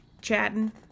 chatting